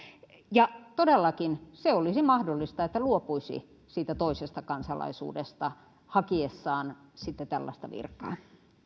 ja todellakin se olisi mahdollista että luopuisi siitä toisesta kansalaisuudesta hakiessaan tällaista virkaa